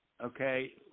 okay